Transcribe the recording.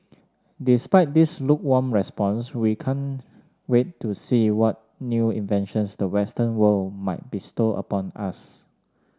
despite this lukewarm response we can't wait to see what new inventions the western world might bestow upon us